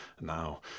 now